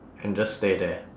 and just stay there